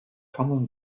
common